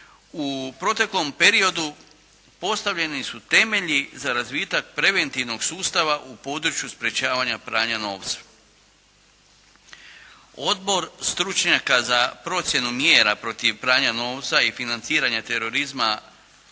U proteklom periodu postavljeni su temelji za razvitak preventivnog sustava u području sprječavanja pranja novca. Odbor stručnjaka za procjenu mjera protiv pranja novca i financiranja terorizma